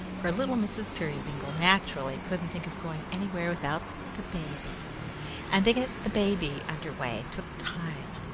for little mrs. peerybingle naturally couldn't think of going anywhere without the baby and to get the baby under way took time.